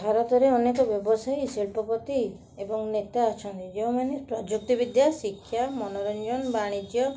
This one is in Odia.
ଭାରତରେ ଅନେକ ବ୍ୟବସାୟୀ ଶିଳ୍ପପତି ଏବଂ ନେତା ଅଛନ୍ତି ଯେଉଁମାନେ ପ୍ରଯୁକ୍ତିବିଦ୍ୟା ଶିକ୍ଷା ମନୋରଞ୍ଜନ ବାଣିଜ୍ୟ